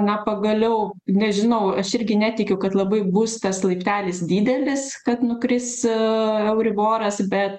na pagaliau nežinau aš irgi netikiu kad labai bus tas laiptelis didelis kad nukris euriboras bet